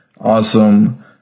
awesome